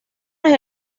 las